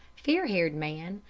fair-haired man,